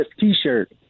t-shirt